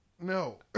No